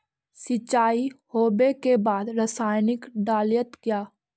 सीचाई हो बे के बाद रसायनिक डालयत किया?